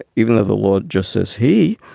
even though the law, just as he